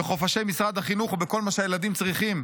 בחופשות משרד החינוך ובכל מה שהילדים צריכים.